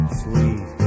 sweet